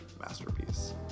masterpiece